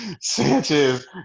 Sanchez